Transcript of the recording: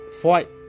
fight